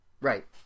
Right